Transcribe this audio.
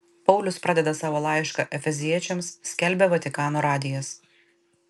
paulius pradeda savo laišką efeziečiams skelbia vatikano radijas